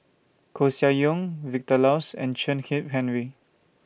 Koeh Sia Yong Vilma Laus and Chen Kezhan Henri